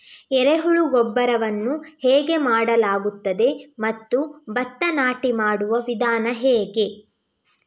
ಎರೆಹುಳು ಗೊಬ್ಬರವನ್ನು ಹೇಗೆ ಮಾಡಲಾಗುತ್ತದೆ ಮತ್ತು ಭತ್ತ ನಾಟಿ ಮಾಡುವ ವಿಧಾನ ಹೇಗೆ?